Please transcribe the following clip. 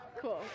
Cool